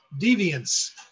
deviance